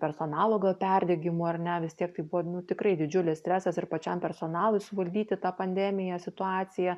personalo gal perdegimu ar ne vis tiek tai buvo tikrai didžiulis stresas ir pačiam personalui suvaldyti tą pandemiją situaciją